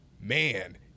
man